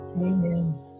Amen